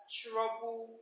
trouble